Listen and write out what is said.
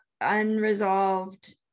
unresolved